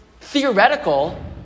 theoretical